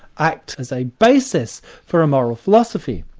act as a basis for a moral philosophy?